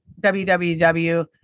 www